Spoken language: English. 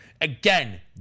again